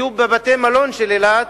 יהיו בבתי-המלון של אילת,